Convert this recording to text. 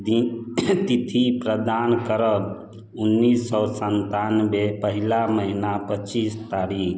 तिथि प्रदान करब उन्नैस सए संतानबे पहिला महिना पचीस तारीख